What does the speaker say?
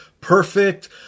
perfect